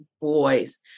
boys